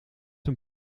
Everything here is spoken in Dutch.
een